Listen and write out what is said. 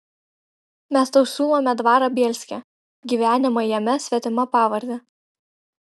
mes tau siūlome dvarą bielske gyvenimą jame svetima pavarde